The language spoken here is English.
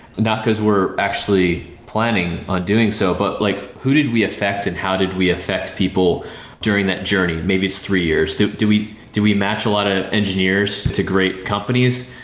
not because were actually planning on doing so, but like who did we affect and how did we affect people during that journey? maybe it's three years. do do we do we match a lot of engineers to great companies?